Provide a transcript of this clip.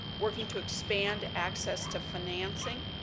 working to expand access to financing,